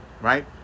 Right